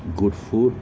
good food